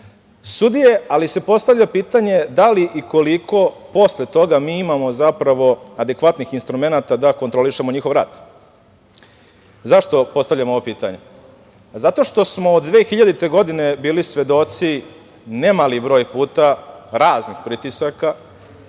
sudije, ali se postavlja pitanje da li i koliko posle toga mi imamo zapravo adekvatnih instrumenata da kontrolišemo njihov rad.Zašto postavljam ovo pitanje? Zato što smo od 2000. godine bili svedoci, nemali broj puta, raznih pritisaka,